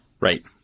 Right